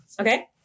Okay